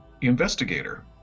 investigator